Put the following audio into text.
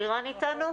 לירן איתנו?